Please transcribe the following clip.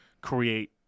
create